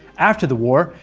after the war,